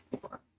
four